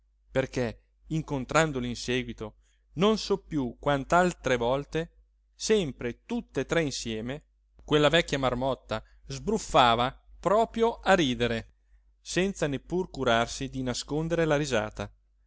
perché incontrandoli in seguito non so piú quant'altre volte sempre tutt'e tre insieme quella vecchia marmotta sbruffava proprio a ridere senza neppur curarsi di nascondere la risata